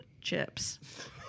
chips